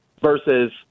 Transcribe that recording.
versus